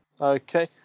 Okay